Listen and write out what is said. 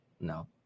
No